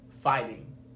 Fighting